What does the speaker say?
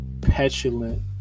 petulant